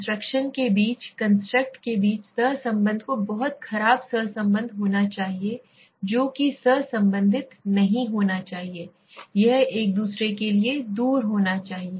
construction के बीच construct के बीच सहसंबंध को बहुत खराब सहसंबंध होना चाहिए जो कि सह संबंधित नहीं होना चाहिए यह एक दूसरे के लिए दूर होना चाहिए